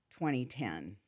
2010